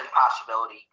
possibility